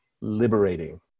liberating